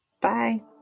Bye